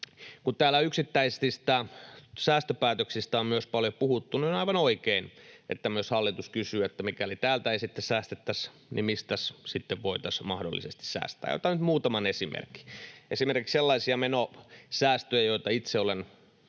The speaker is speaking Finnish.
Kun täällä yksittäisistä säästöpäätöksistä on myös paljon puhuttu, niin on aivan oikein, että myös hallitus kysyy, että mikäli täältä ei säästettäisi, niin mistä sitten voitaisiin mahdollisesti säästää. Otan nyt muutaman esimerkin. Sellaisia menosäästöjä, joita itse olen